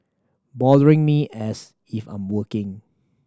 bothering me as if I'm working